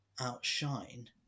outshine